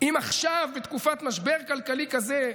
אם עכשיו, בתקופת משבר כלכלי כזה,